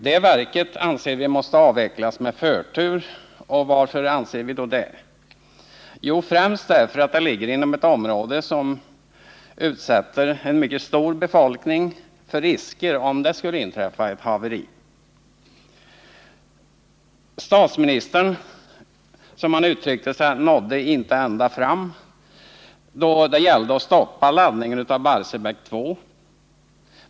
Det verket, anser vi, måste avvecklas med förtur. Varför anser vi det? Jo, främst därför att det ligger inom ett område, som utsätter en mycket stor befolkning för risker, om det skulle inträffa ett haveri. Statsministern ”nådde inte ända fram”, som han uttryckte det, då det gällde att stoppa laddningen av Barsebäck 2.